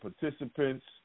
participants